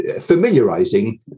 familiarizing